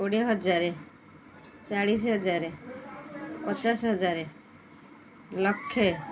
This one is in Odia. କୋଡ଼ିଏ ହଜାର ଚାଳିଶି ହଜାର ପଚାଶ ହଜାର ଲକ୍ଷେ